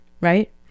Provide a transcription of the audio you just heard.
right